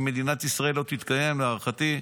אם מדינת ישאל לא תתקיים, להערכתי,